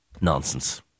Nonsense